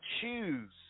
choose